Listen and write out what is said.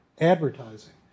advertising